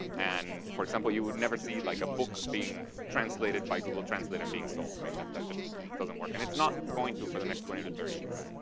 and, for example, you would never see, like, a book being translated by google translator and being sold. right? that that just doesn't work. and it's not going to for the next twenty to thirty years.